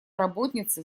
работницы